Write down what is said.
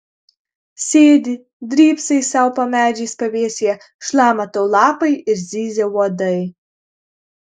sėdi drybsai sau po medžiais pavėsyje šlama tau lapai ir zyzia uodai